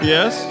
Yes